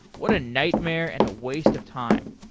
what a nightmare and a waste of time.